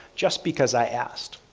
just because i asked.